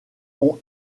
ont